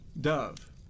Dove